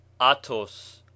atos